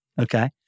Okay